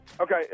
Okay